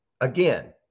again